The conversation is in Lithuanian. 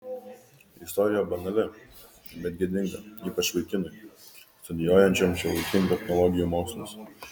istorija banali bet gėdinga ypač vaikinui studijuojančiam šiuolaikinių technologijų mokslus